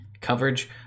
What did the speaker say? coverage